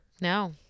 No